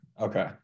Okay